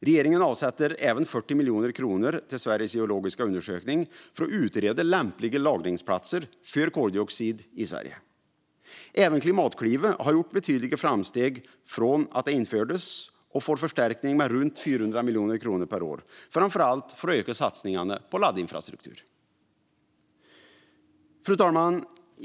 Regeringen avsätter även 40 miljoner kronor till Sveriges geologiska undersökning för att utreda lämpliga lagringsplatser för koldioxid i Sverige. Även Klimatklivet har gjort betydliga framsteg från att det infördes och får förstärkning med runt 400 miljoner kronor per år, framför allt för att öka satsningarna på laddinfrastruktur. Fru talman!